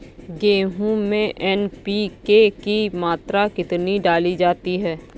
गेहूँ में एन.पी.के की मात्रा कितनी डाली जाती है?